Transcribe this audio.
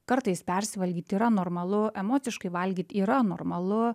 kartais persivalgyt yra normalu emociškai valgyt yra normalu